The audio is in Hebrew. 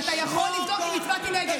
אתה יכול לבדוק אם הצבעתי נגד.